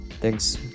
Thanks